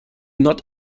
not